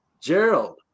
Gerald